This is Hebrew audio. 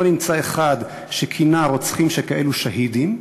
לא נמצא אחד שכינה רוצחים שכאלו "שהידים",